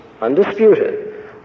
undisputed